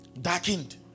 Darkened